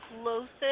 closest